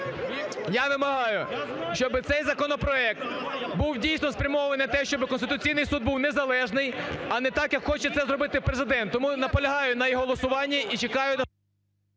я вимагаю, щоб цей законопроект був, дійсно, спрямований на те, щоб Конституційний Суд був незалежний, а не так, як хоче це зробити Президент. Тому наполягаю на її голосуванні і чекаю…